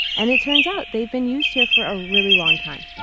and it turns out they've been used here for a really long time.